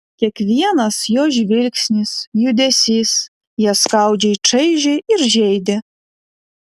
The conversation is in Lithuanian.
kiekvienas jo žvilgsnis judesys ją skaudžiai čaižė ir žeidė